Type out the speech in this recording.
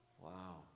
Wow